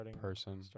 person